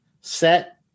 set